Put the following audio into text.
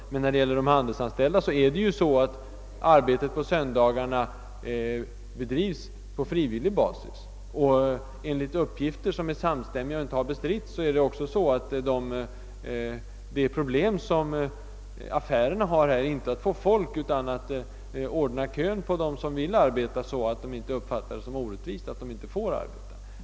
Men vad beträffar de handelsanställda är det ju så, att arbetet på söndagarna bedrivs på frivillig bas. Och enligt samstämmiga och obestridda uppgifter är affärernas problem inte att få personal utan att ordna kön för dem som vill arbeta, så att dessa inte uppfattar systemet som orättvist därför att de inte får arbeta.